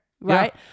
Right